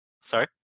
Sorry